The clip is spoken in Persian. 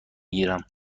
گیرم